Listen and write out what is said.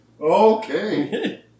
Okay